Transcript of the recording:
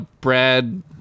Brad